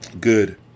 Good